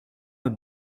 het